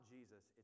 Jesus